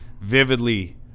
Vividly